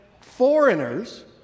foreigners